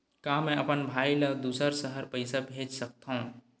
का मैं अपन भाई ल दुसर शहर पईसा भेज सकथव?